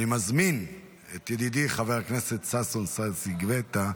אני מזמין את ידידי חבר הכנסת ששון ששי גואטה.